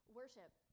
worship